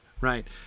right